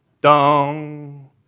dong